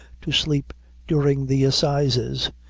to sleep during the assizes,